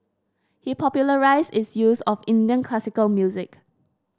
he popularised its use of Indian classical music